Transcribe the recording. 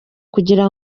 kugira